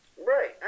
Right